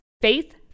faith